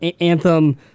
Anthem